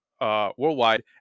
worldwide